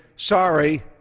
sorry,